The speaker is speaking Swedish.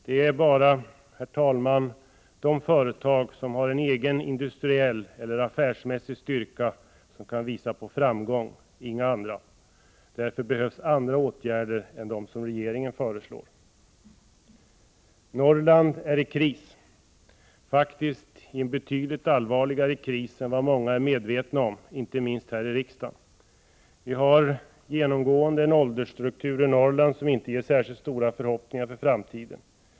Det är bara de företag, som har en egen industriell eller affärsmässig styrka som kan visa på framgång, inga andra. Därför behövs andra åtgärder än de regeringen föreslår. Norrland är i kris, faktiskt i en betydligt allvarligare kris än vad många är medvetna om — inte minst här i riksdagen. Vi har genomgående en åldersstruktur i Norrland som inte ger särskilt stort hopp inför framtiden.